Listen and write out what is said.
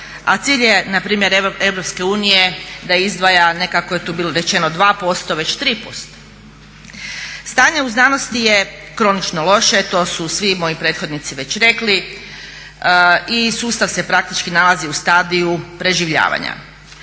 a cilj je npr. Europske unije da izdvaja ne kako je tu bilo rečeno 2% već 3%. Stanje u znanosti je kronično loše, to su svi moji prethodnici već rekli i sustav se praktički nalazi stadiju preživljavanja.